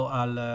al